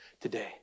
today